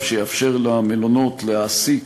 שיאפשר למלונות להעסיק